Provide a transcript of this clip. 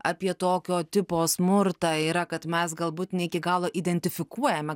apie tokio tipo smurtą yra kad mes galbūt ne iki galo identifikuojame